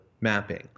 mapping